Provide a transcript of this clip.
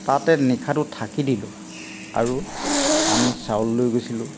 তাতে নিশাটো থাকি দিলোঁ আৰু আমি চাউল লৈ গৈছিলোঁ